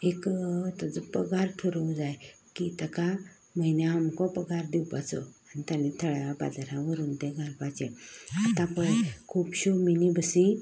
एक तेचो पगार पुरवूं जाय की तेका म्हयन्या अमको पगार दिवपाचो आनी ताणें थळाव्या बाजरांक व्हरून तें घालपाचें आतां पळय खुबश्यो मिनी बसी